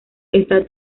está